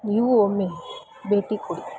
ನೀವೂ ಒಮ್ಮೆ ಭೇಟಿ ಕೊಡಿ